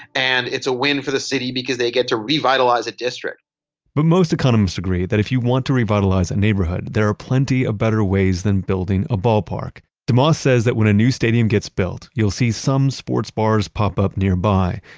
and it's a win for the city because they get to revitalize a district but most economists agree that if you want to revitalize a neighborhood, there are plenty of better ways than building a ballpark. demause says that when a new stadium gets built, you'll see some sports bars pop up nearby,